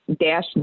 dash